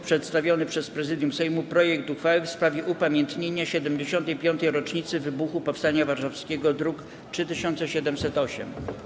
Przedstawiony przez Prezydium Sejmu projekt uchwały w sprawie upamiętnienia 75. rocznicy wybuchu Powstania Warszawskiego (druk nr 3708)